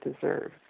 deserves